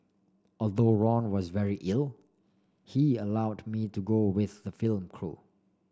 although Ron was very ill he allowed me to go with the film crew